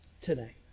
Today